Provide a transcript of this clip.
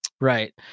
Right